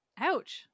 Ouch